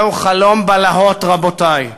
זהו חלום בלהות, רבותי.